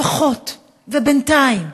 לפחות בינתיים,